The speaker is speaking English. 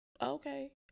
Okay